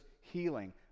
healing